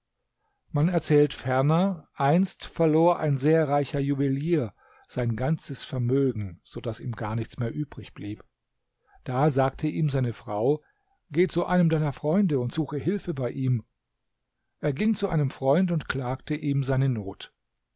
man erzählt ferner einst verlor ein sehr reicher juwelier sein ganzes vermögen so daß ihm gar nichts mehr übrig blieb da sagte ihm seine frau geh zu einem deiner freunde und suche hilfe bei ihm er ging zu einem freund und klagte ihm seine not